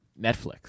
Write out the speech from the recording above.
Netflix